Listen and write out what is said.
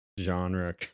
genre